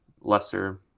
lesser